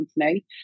Company